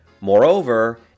Moreover